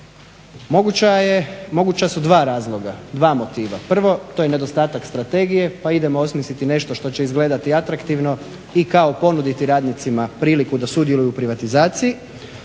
Moguća su dva razloga, dva motiva. Prvo, to je nedostatak strategije pa idemo osmisliti nešto što će izgledati atraktivno i kao ponuditi radnicima priliku da sudjeluju u privatizaciji.